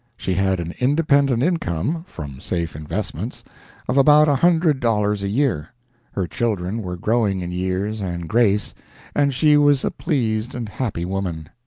she had an independent income from safe investments of about a hundred dollars a year her children were growing in years and grace and she was a pleased and happy woman.